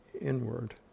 inward